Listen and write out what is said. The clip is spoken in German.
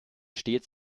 stets